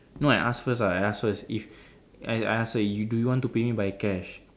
no I ask first I ask first if I I ask her you do you want to pay me by cash